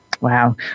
Wow